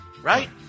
Right